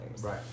Right